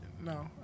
No